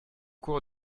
cours